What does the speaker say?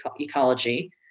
ecology